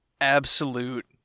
Absolute